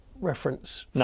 reference